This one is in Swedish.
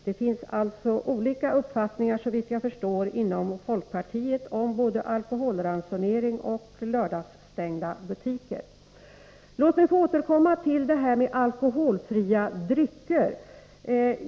Det finns alltså olika uppfattningar inom folkpartiet om både alkoholransonering och lördagsstängda butiker, såvitt jag förstår. Låt mig återkomma till frågan om alkoholfria drycker.